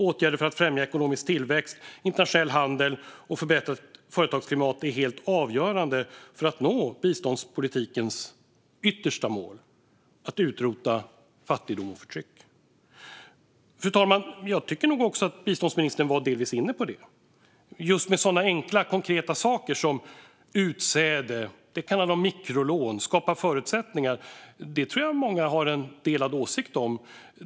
Åtgärder för att främja ekonomisk tillväxt, internationell handel och förbättrat företagsklimat är helt avgörande för att nå biståndspolitikens yttersta mål: att utrota fattigdom och förtryck. Fru talman! Jag tycker nog att biståndsministern delvis var inne på det. Det handlar just om sådana enkla saker som utsäde. Det kan handla om mikrolån och att skapa förutsättningar. Det tror jag att många har en delad åsikt om.